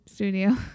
studio